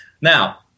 now